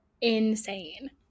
insane